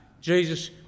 Jesus